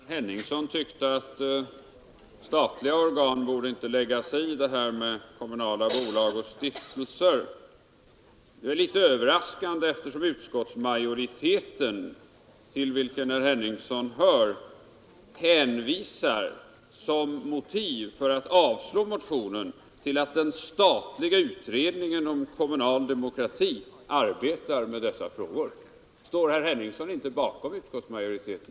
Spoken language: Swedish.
Herr talman! Herr Henningsson tyckte att statliga organ inte borde lägga sig i kommunala bolag och stiftelser. Det är litet överraskande, eftersom utskottsmajoriteten — till vilken herr Henningsson hör — som motiv för att avstyrka motionen hänvisar till att den statliga utredningen om kommunal demokrati arbetar med dessa frågor. Står herr Henningsson inte bakom utskottsmajoriteten?